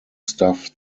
stuff